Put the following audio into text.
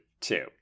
two